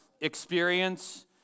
experience